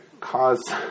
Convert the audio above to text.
cause